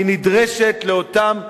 היא נדרשת לאותם אנשים,